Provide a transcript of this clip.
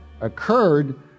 occurred